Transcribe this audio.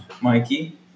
Mikey